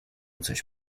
coś